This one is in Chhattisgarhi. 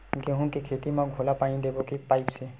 गेहूं के खेती म घोला पानी देबो के पाइप से?